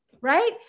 right